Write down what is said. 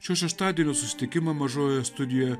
šio šeštadienio susitikimą mažojoje studijoje